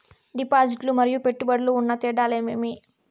డిపాజిట్లు లు మరియు పెట్టుబడులకు ఉన్న తేడాలు ఏమేమీ?